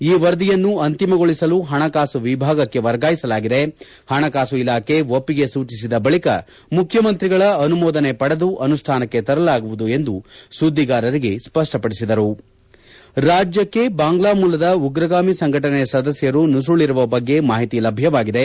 ಈ ವರದಿಯನ್ನು ಅಂತಿಮಗೊಳಿಸಲು ಹಣಕಾಸು ವಿಭಾಗಕ್ಕೆ ವರ್ಗಾಯಿಸಲಾಗಿದೆ ಹಣಕಾಸು ಇಲಾಖೆ ಒಪ್ಪಿಗೆ ಸೂಜಿಸಿದ ಬಳಿಕ ಮುಖ್ಯಮಂತ್ರಿಗಳ ಅನುಮೋದನೆ ಪಡೆದು ಅನುಷ್ಯಾನಕ್ಕೆ ತರಲಾಗುವುದು ಎಂದು ಸುದ್ದಿಗಾರಿಗೆ ಸ್ಪಷ್ಟ ಪಡಿಸಿದರು ರಾಜ್ಯಕ್ಕೆ ಬಾಂಗ್ಲಾ ಮೂಲದ ಉಗ್ರಗಾಮಿ ಸಂಘಟನೆ ಸದಸ್ಕರು ನುಸುಳಿರುವ ಬಗ್ಗೆ ಮಾಹಿತಿ ಲಭ್ಯವಾಗಿದೆ